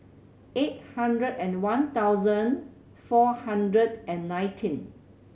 eight hundred and one thousand four hundred and nineteen